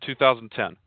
2010